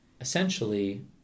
essentially